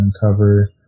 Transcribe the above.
uncover